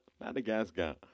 Madagascar